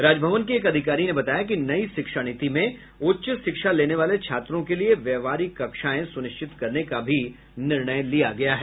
राजभवन के एक अधिकारी ने बताया कि नई शिक्षा नीति में उच्च शिक्षा लेने वाले छात्रों के लिए व्यवहारिक कक्षाएं सुनिश्चित करने का निर्णय लिया गया है